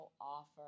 offer